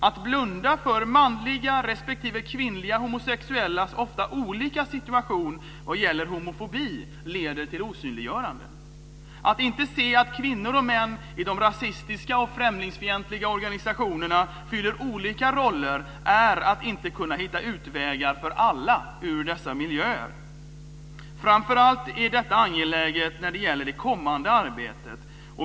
Att blunda för manliga respektive kvinnliga homosexuellas ofta olika situation vad gäller homofobi leder till osynliggörande. Att inte se att kvinnor och män i de rasistiska och främlingsfientliga organisationerna fyller olika roller är att inte kunna hitta utvägar för alla ur dessa miljöer. Framför allt är detta angeläget när det gäller det kommande arbetet.